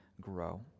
grow